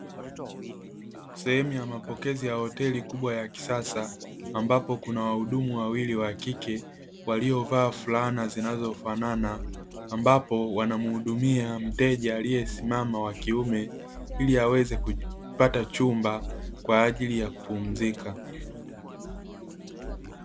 Sehemu ya mapokezi ya hoteli kubwa ya kisasa, ambapo kuna wahudumu wawili wa kike, waliovaa fulana zinazofanana, ambapo wanamhudumia mteja aliyesimama wa kiume, ili aweze kupata chumba kwa ajili ya kupumzika.